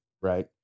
right